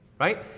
right